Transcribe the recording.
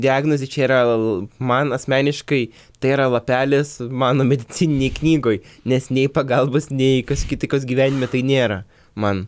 diagnozė čia yra l man asmeniškai tai yra lapelis mano medicininėj knygoj nes nei pagalbos nei kios įtakos gyvenime tai nėra man